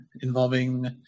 involving